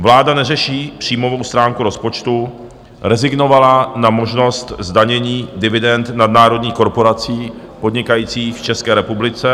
Vláda neřeší příjmovou stránku rozpočtu, rezignovala na možnost zdanění dividend nadnárodních korporací podnikajících v České republice.